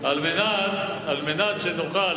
על מנת שנוכל,